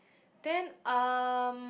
then um